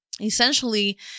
essentially